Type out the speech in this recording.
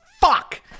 Fuck